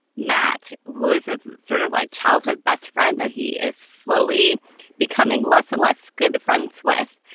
matt was sort of like childhood best friend that he is slowly becoming less and less good friends with.